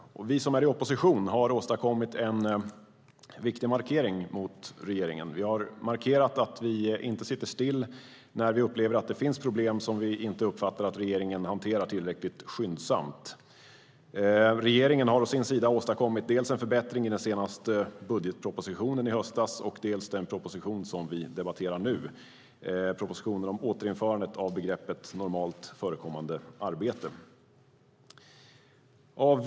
Vi som är i opposition har åstadkommit en viktig markering mot regeringen. Vi har markerat att vi inte sitter still när vi upplever att det finns problem som vi uppfattar att regeringen inte hanterar tillräckligt skyndsamt. Regeringen har å sin sida åstadkommit dels en förbättring i den senaste budgetpropositionen i höstas, dels propositionen om återinförande av begreppet "normalt förekommande arbete", som vi debatterar nu.